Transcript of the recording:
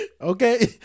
okay